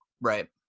Right